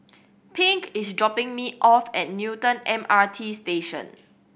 Pink is dropping me off at Newton M R T Station